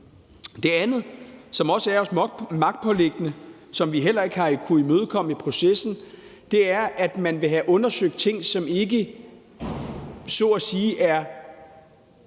Det andet, som også er os magtpåliggende, og som vi heller ikke har kunnet imødekomme i processen, er, at man vil have undersøgt ting, som ikke så